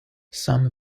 some